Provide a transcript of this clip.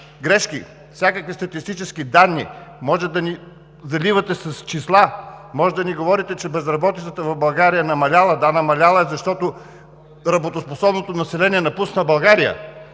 грешки, статистически данни, можете да ни заливате с числа, можете да ни говорите, че безработицата в България е намаляла – да, намаляла е, защото работоспособното население напусна България,